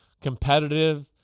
competitive